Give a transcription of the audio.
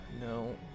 No